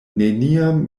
neniam